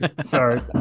Sorry